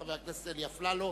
חבר הכנסת אלי אפללו.